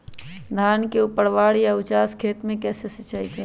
धान के ऊपरवार या उचास खेत मे कैसे सिंचाई करें?